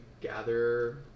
gather